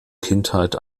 kindheit